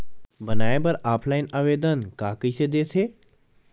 बनाये बर ऑफलाइन आवेदन का कइसे दे थे?